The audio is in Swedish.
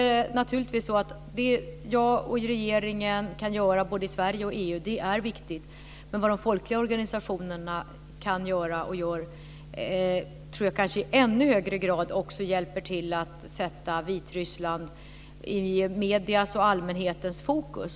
Det som jag och regeringen kan göra både i Sverige och i EU är naturligtvis viktigt, men vad de folkliga organisationerna kan göra och gör tror jag kanske i ännu högre grad hjälper till att sätta Vitryssland i mediernas och allmänhetens fokus.